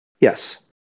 yes